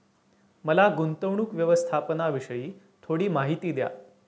मला गुंतवणूक व्यवस्थापनाविषयी थोडी माहिती द्या